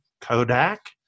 Kodak